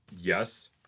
yes